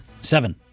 Seven